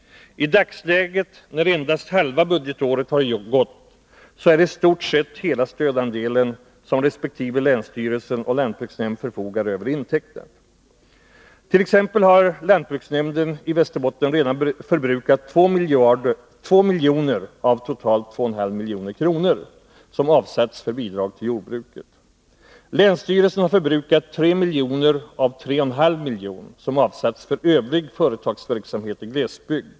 I dagsläget, när endast halva budgetåret har gått, så är istort hela stödandelen som länsstyrelse resp. lantbruksnämnd förfogar över intecknad. T. ex. har lantbruksnämnden i Västerbottens län redan förbrukat 2 miljoner av totalt 2,5 milj.kr. som avsatts för bidrag till jordbruket. Länsstyrelsen har förbrukat 3 miljoner av 3,5 milj.kr. som avsatts för övrig företagsverksamhet i glesbygd.